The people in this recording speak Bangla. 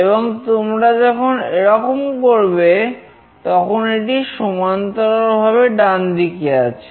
এবং তুমি যখন এরকম করবে তখন এটি সমান্তরালভাবে ডান দিকে আছে